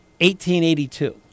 1882